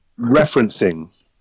referencing